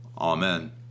Amen